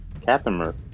Catherine